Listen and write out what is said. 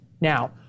now